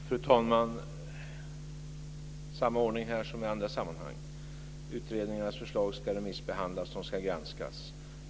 Fru talman! Samma ordning här som i andra sammanhang: Utredningars förslag ska remissbehandlas och granskas.